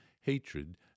hatred